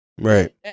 Right